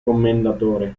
commendatore